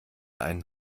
einen